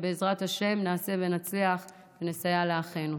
בעזרת השם נעשה ונצליח ונסייע לאחינו.